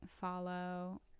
follow